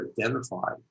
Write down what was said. identified